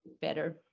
better